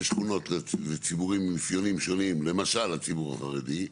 ושכונות לציבור עם אפיונים שונים למשל הציבור החרדי.